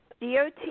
dot